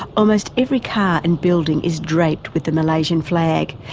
almost every car and building is draped with the malaysian flag,